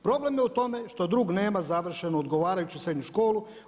Problem je u tome što drug nema završenu odgovarajuću srednju školu.